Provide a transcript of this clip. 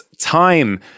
time